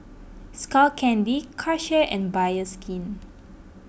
Skull Candy Karcher and Bioskin